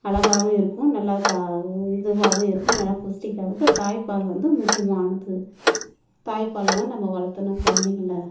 அழகாவும் இருக்கும் நல்லா தா இதுவாகவும் இருக்கும் நல்லா புஸ்டிக்காகவும் இருக்க நல்லா தாய்ப்பால் வந்து முக்கியமானது தாய்ப்பால்ல தான் நம்ம வளர்த்தணும் குலந்தைங்கள